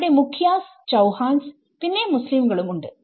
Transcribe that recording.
അവിടെ മുഖിയാസ് ചൌഹാൻസ് പിന്നെ മുസ്ലിമുകളും ഉണ്ട്